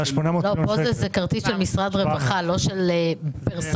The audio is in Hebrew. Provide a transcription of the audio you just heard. פה זה כרטיס של משרד הרווחה, לא של פרסונה.